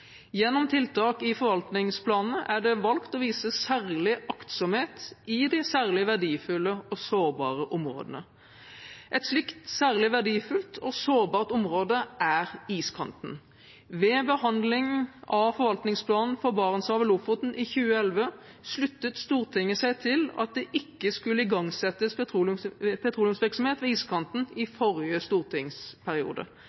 Gjennom tiltak i forvaltningsplanene er det valgt å vise særlig aktsomhet i de særlig verdifulle og sårbare områdene. Et slikt særlig verdifullt og sårbart område er iskanten. Ved behandling av forvaltningsplanen for Barentshavet og Lofoten i 2011 sluttet Stortinget seg til at det ikke skulle igangsettes petroleumsvirksomhet ved iskanten i forrige stortingsperiode.